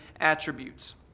attributes